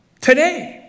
Today